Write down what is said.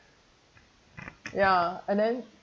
ya and then